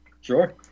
sure